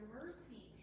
mercy